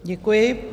Děkuji.